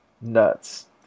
nuts